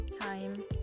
time